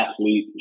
athlete